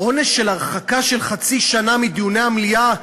עונש של הרחקה של חצי שנה מדיוני המליאה והוועדות,